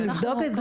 אני אבדוק.